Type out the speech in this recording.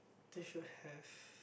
they should have